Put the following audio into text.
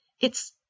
It's